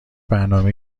برنامه